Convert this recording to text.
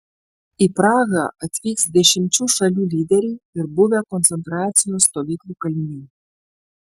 į prahą atvyks dešimčių šalių lyderiai ir buvę koncentracijos stovyklų kaliniai